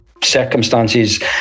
circumstances